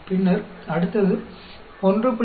பின்னர் அடுத்தது 1